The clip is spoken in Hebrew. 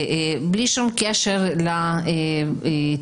בלי שום קשר לטיסות.